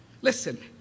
Listen